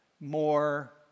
more